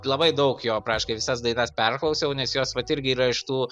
labai daug jo praškai visas dainas perklausiau nes jos vat irgi yra iš tų